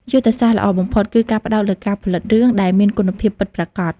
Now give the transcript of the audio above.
យុទ្ធសាស្ត្រល្អបំផុត គឺការផ្តោតលើការផលិតរឿងដែលមានគុណភាពពិតប្រាកដ។